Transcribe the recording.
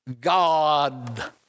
God